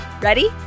Ready